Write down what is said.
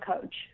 coach